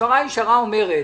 הסברה הישרה אומרת